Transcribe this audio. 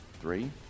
three